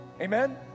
amen